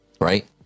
right